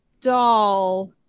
doll